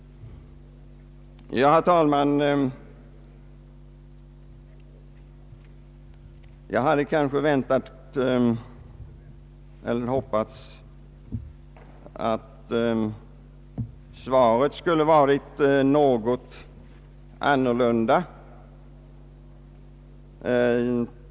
Ja, herr talman, jag hade kanske hoppats att svaret skulle ha varit något annorlunda.